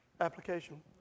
application